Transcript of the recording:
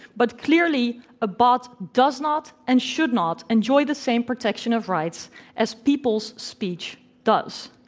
but clearly a bot does not and should not enjoy the same protection of rights as people's speech does.